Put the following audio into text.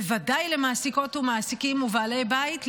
ודאי למעסיקות ומעסיקים ובעלי בית,